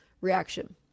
Reaction